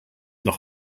noch